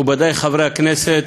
מכובדי חברי הכנסת,